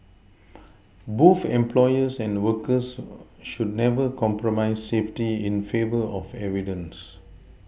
both employers and workers should never compromise safety in favour of evidence